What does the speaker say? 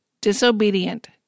disobedient